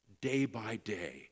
day-by-day